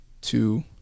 Two